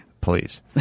please